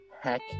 heck